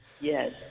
Yes